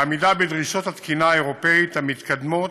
בעמידה בדרישות התקינה האירופית המתקדמות,